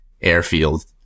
airfield